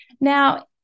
Now